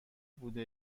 بوده